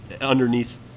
underneath